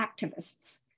activists